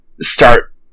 start